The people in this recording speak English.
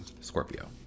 Scorpio